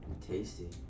tasty